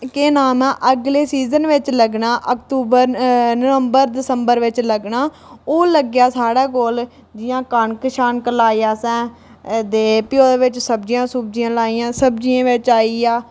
केह् नां ऐ अगले सीज़न बिच लग्गना अक्तूबर नंवबर दिसंबर बिच लग्गना ओह् लग्गेआ साढ़े कोल जियां कनक लाई असें भी ओह्दे बिच सब्जियां लाइयां भी ओह्दे बिच आई गे